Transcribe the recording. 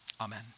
Amen